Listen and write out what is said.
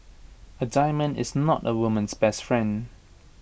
A diamond is not A woman's best friend